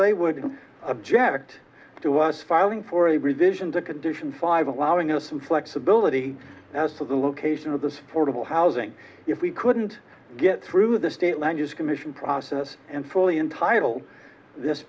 they would object to us filing for a revision to condition five allowing us some flexibility as to the location of the portable housing if we couldn't get through the state land use commission process and fully entitled this